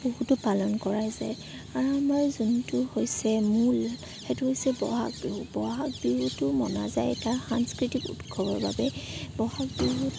বহুতো পালন কৰা যায় আৰু মই যোনটো হৈছে মূল সেইটো হৈছে ব'হাগ বিহু ব'হাগ বিহুটো মনা যায় এটা সাংস্কৃতিক উৎসৱৰ বাবে ব'হাগ বিহুত